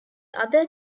other